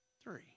Three